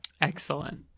excellent